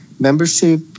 membership